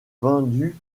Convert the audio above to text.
vendu